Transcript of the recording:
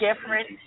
different